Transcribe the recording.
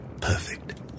perfect